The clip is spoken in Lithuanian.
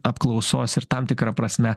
apklausos ir tam tikra prasme